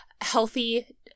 Healthy